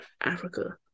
Africa